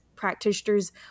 practitioners